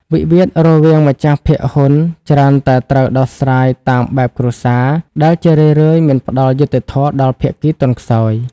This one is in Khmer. វិវាទរវាងម្ចាស់ភាគហ៊ុនច្រើនតែត្រូវដោះស្រាយតាមបែបគ្រួសារ ដែលជារឿយៗមិនផ្ដល់យុត្តិធម៌ដល់ភាគីទន់ខ្សោយ។